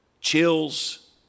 chills